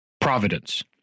Providence